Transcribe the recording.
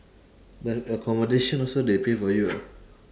then accommodation also they pay for you ah